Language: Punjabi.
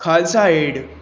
ਖਾਲਸਾ ਏਡ